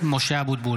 (קורא בשמות חברי הכנסת) משה אבוטבול,